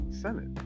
senate